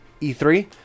E3